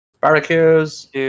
Barbecues